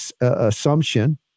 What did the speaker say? assumption